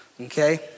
Okay